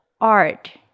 art